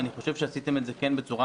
אני חושב שעשיתם את זה כן בצורה